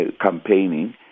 campaigning